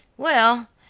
well,